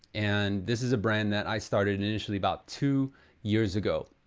and this is a brand that i started and initially about two years ago.